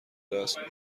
دست